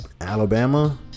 Alabama